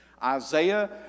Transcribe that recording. Isaiah